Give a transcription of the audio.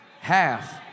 Half